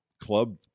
club